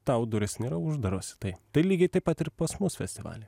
tau durys nėra uždaros į tai tai lygiai taip pat ir pas mus festivaly